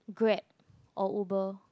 Grab or Uber